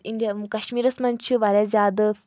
India کشمیٖرَس منٛز چھِ واریاہ زیادٕ